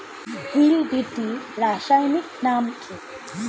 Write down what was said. Hill বিটি রাসায়নিক নাম কি?